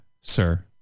sir